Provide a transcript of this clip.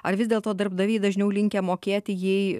ar vis dėlto darbdaviai dažniau linkę mokėti jei